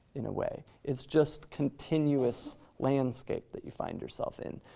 in a way. it's just continuous landscape that you find yourself in,